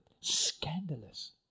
scandalous